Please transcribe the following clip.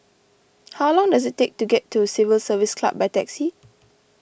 how long does it take to get to Civil Service Club by taxi